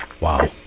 Wow